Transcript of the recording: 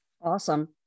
Awesome